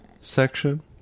section